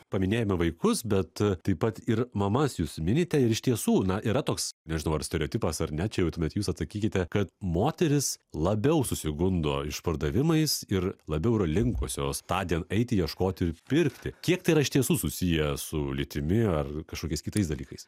paminėjome vaikus bet taip pat ir mamas jūs minite ir iš tiesų na yra toks nežinau ar stereotipas ar ne čia jau tuomet jūs atsakykite kad moterys labiau susigundo išpardavimais ir labiau yra linkusios tądien eiti ieškoti ir pirkti kiek tai yra iš tiesų susiję su lytimi ar kažkokiais kitais dalykais